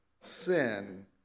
sin